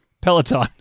Peloton